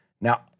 Now-